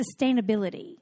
sustainability